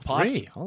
three